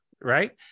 right